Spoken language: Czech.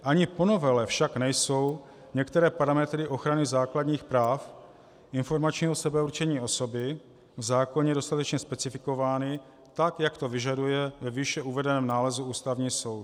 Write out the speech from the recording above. Ani po novele však nejsou některé parametry ochrany základních práv informačního sebeurčení osoby v zákoně dostatečně specifikovány, jak to vyžaduje ve výše uvedeném nálezu Ústavní soud.